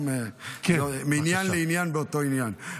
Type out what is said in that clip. מעניין לעניין באותו עניין,